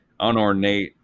unornate